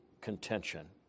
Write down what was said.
contention